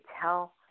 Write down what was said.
tell